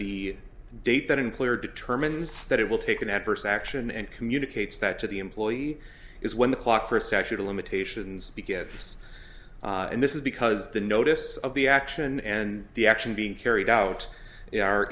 the date that employer determines that it will take an adverse action and communicates that to the employee is when the clock for a statute of limitations because yes and this is because the notice of the action and the action being carried out